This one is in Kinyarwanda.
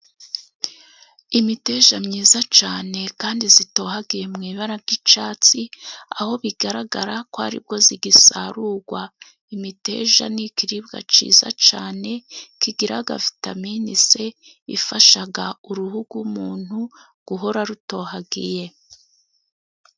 Imiteja myiza cyane kandi itohagiye mu ibara ry'icyatsi, aho bigaragara ko ari bwo igisarurwa. Imiteja ni ikiribwa cyiza cyane kigira vitamin c, ifasha uruhu rw'umuntu guhora rutohagiye.